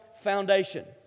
Foundation